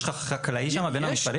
יש לך שטח חקלאי שם בין המפעלים?